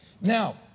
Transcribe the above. Now